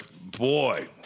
boy